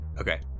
Okay